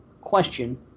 question